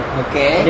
okay